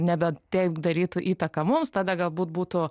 nebe taip darytų įtaką mums tada galbūt būtų